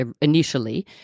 initially